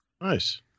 Nice